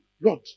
Lord